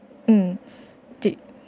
um do